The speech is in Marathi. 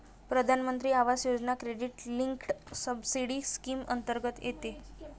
प्रधानमंत्री आवास योजना क्रेडिट लिंक्ड सबसिडी स्कीम अंतर्गत येते